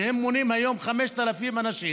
שמונים היום 5,000 אנשים,